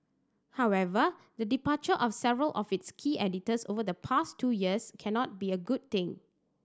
however the departure of several of its key editors over the past two years cannot be a good thing